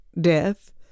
death